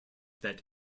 that